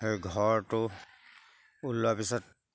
সেই ঘৰটো ওলোৱাৰ পিছত